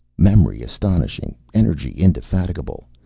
memory astonishing, energy indefatigable,